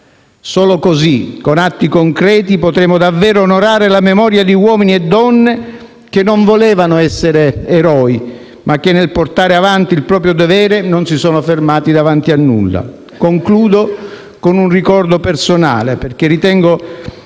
Solo così, con atti concreti, potremo davvero onorare la memoria di uomini e donne, che non volevano essere eroi ma che, nel portare avanti il proprio dovere, non si sono fermati davanti a nulla. Concludo con un ricordo personale, perché ritengo